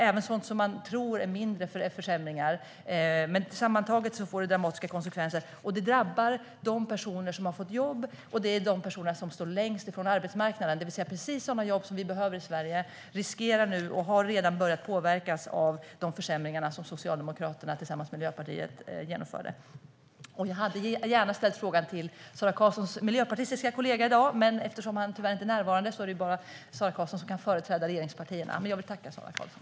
Även sådant som man tror är mindre försämringar får alltså dramatiska konsekvenser sammantaget. Det drabbar dem som har fått jobb, och det handlar om sådana som har stått längst bort från arbetsmarknaden, alltså precis sådana jobb som vi behöver i Sverige. De har redan börjat påverkas av de försämringar som Socialdemokraterna tillsammans med Miljöpartiet genomförde. Jag hade gärna ställt denna fråga till Sara Karlssons miljöpartistiska kollega i dag, men eftersom han tyvärr inte är närvarande är det bara Sara Karlsson som kan företräda regeringspartierna i dag. Men jag vill tacka Sara Karlsson.